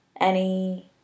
Any